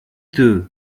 too